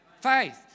faith